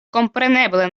kompreneble